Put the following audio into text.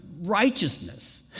righteousness